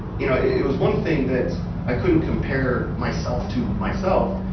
you know it was one thing that i couldn't compare myself to myself,